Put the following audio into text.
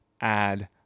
add